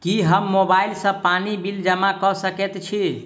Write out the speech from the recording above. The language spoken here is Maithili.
की हम मोबाइल सँ पानि बिल जमा कऽ सकैत छी?